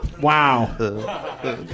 Wow